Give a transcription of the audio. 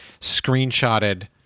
screenshotted